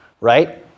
right